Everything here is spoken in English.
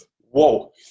Whoa